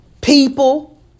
people